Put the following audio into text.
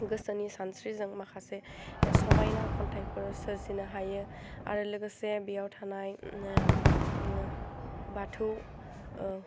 गोसोनि सानस्रिजों माखासे समाइना खन्थाइफोर सोरजिनो हायो आरो लोगोसे बेयाव थानाय बाथौ